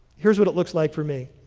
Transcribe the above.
here's what it looks like for me.